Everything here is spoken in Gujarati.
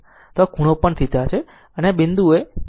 તો આ ખૂણો પણ θ છે અને આ બિંદુ આ બિંદુને છે